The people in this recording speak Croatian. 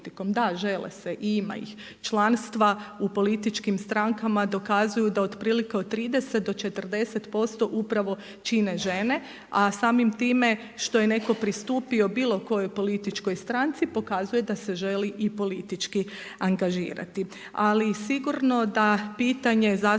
Da žele se i ima ih. Članstva u političkim strankama dokazuju da otprilike od 30 do 40% upravo čine žene, a samim time što je netko pristupio bilo kojoj političkoj stranci pokazuje da se želi i politički angažirati. Ali sigurno da pitanje zastupljenosti